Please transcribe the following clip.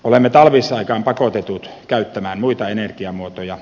olemme talvisaikaan pakotetut käyttämään muita energiamuotoja